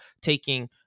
taking